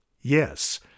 Yes